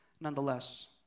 nonetheless